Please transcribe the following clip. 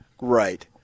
right